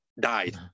died